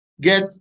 get